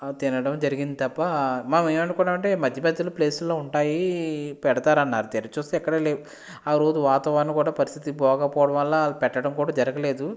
తినడం జరిగింది తప్ప మేము ఏం అనుకున్నాం అంటే మంచి మంచి ప్లేసులు ఉంటాయి పెడతారన్నారు తీరా చూస్తే ఎక్కడ లేవు ఆ రోజు వాతావరణం కూడా పరిస్థితి బాగోలేకపోవడం వల్ల పెట్టడం కూడా జరగలేదు